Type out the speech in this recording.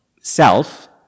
self